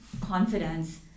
confidence